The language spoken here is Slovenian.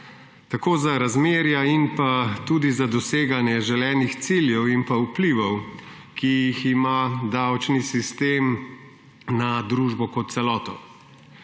tako za razmerja kot tudi za doseganje želenih ciljev in vplivov, ki jih ima davčni sistem na družbo kot celoto.